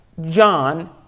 John